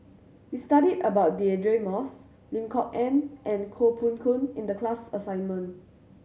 we studied about Deirdre Moss Lim Kok Ann and Koh Poh Koon in the class assignment